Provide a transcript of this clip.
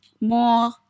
More